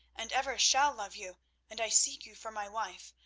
and ever shall love you and i seek you for my wife.